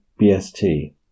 BST